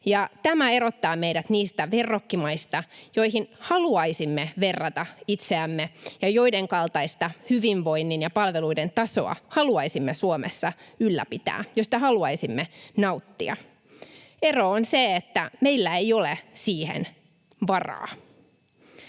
tämä erottaa meidät niistä verrokkimaista, joihin haluaisimme verrata itseämme ja joiden kaltaista hyvinvoinnin ja palveluiden tasoa haluaisimme Suomessa ylläpitää, josta haluaisimme nauttia. Ero on se, että meillä ei ole siihen varaa.